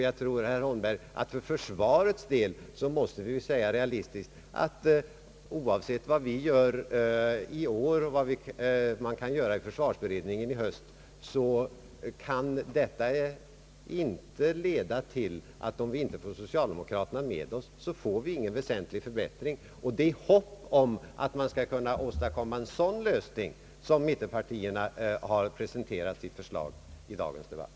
Jag tror, herr Holmberg, att vi för försvarets del realistiskt måste säga, att oavsett vad vi gör här i år och vad man kan göra i försvarsutredningen i höst blir det ingen väsentlig förbättring, om vi inte får socialdemokraterna med oss. Det är i förhoppningen om att en sådan lösning skall kunna åstadkommas, som mittenpartierna har presenterat sitt förslag i dagens debatt.